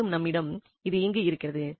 மேலும் நம்மிடம் இது அங்கு இருக்கிறது